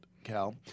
Cal